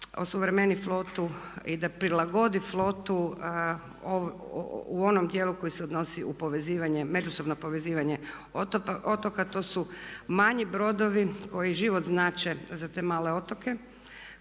osuvremeni flotu i da prilagodi flotu u onom dijelu koji se odnosi u povezivanje, međusobno povezivanje otoka. To su manji brodovi koji život znače za te male otoke